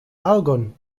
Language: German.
argon